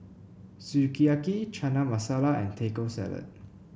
Sukiyaki Chana Masala and Taco Salad